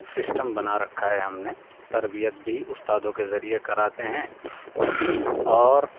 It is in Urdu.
سسٹم بنا رکھا ہے ہم نے تربیت بھی استادوں کے ذریعے کراتے ہیں اور